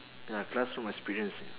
ya classroom experience